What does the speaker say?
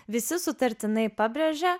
visi sutartinai pabrėžia